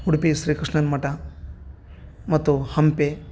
ಉಡುಪಿ ಶ್ರೀಕೃಷ್ಣನ ಮಠ ಮತ್ತು ಹಂಪೆ